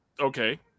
Okay